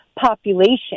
population